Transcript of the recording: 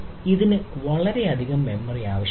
ഇതിന് വളരെയധികം മെമ്മറി ആവശ്യമാണ്